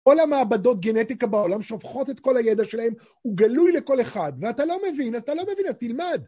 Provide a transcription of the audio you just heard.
כל המעבדות גנטיקה בעולם שופכות את כל הידע שלהם, הוא גלוי לכל אחד, ואתה לא מבין, אתה לא מבין, אז תלמד.